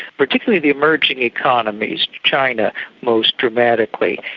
particularly the emerging economies, china most dramatically.